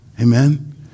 Amen